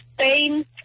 Spain